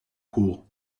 cours